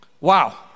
Wow